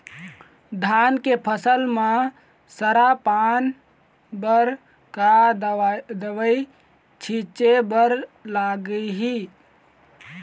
धान के फसल म सरा पान बर का दवई छीचे बर लागिही?